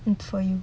it's for you